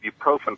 ibuprofen